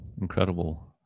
incredible